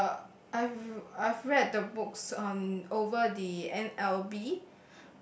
uh I've I've read the books on over the n_l_b